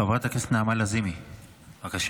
חברת הכנסת נעמה לזימי, בבקשה.